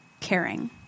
caring